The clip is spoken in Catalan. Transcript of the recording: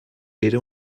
era